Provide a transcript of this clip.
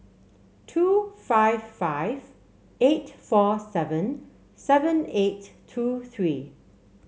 two five five eight four seven seven eight two three